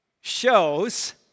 shows